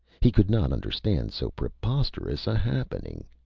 he could not understand so preposterous a happening.